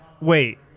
wait